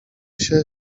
się